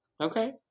okay